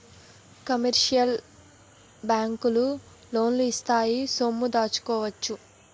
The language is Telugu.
కమర్షియల్ బ్యాంకులు లోన్లు ఇత్తాయి సొమ్ము దాచుకోవచ్చు